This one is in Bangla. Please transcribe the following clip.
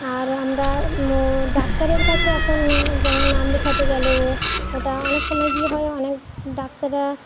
আর আমরা ডাক্তারের কাছে এখন যেমন নাম লেখাতে গেলেও ওটা অনেক সময় কি হয় অনেক ডাক্তাররা